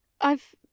I've